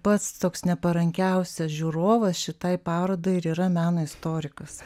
pats toks neparankiausias žiūrovas šitai parodai ir yra meno istorikas